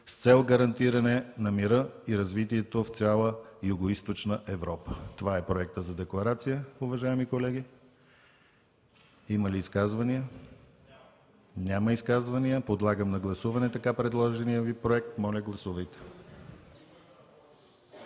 с цел гарантиране на мира и развитието в цяла Югоизточна Европа.“ Това е Проектът за декларация, уважаеми колеги. Има ли изказвания? Няма изказвания. Подлагам на гласуване така предложения Ви Проект. Моля, гласувайте.